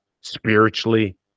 spiritually